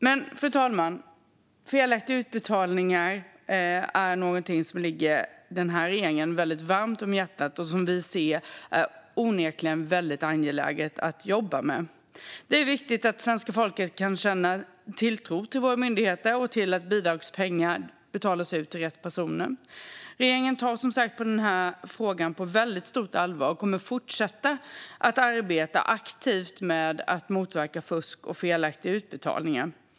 Fru talman! Att motverka felaktiga utbetalningar är någonting som ligger regeringen varmt om hjärtat. Vi ser det som något som det onekligen är väldigt angeläget att jobba med. Det är viktigt att svenska folket kan känna tilltro till våra myndigheter och till att bidragspengar betalas ut till rätt personer. Regeringen tar som sagt frågan på stort allvar och kommer att fortsätta att arbeta aktivt med att motverka fusk och felaktiga utbetalningar.